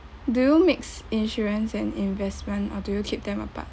do you mix insurance and investment or do you keep them apart